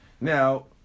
now